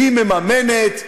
היא מממנת,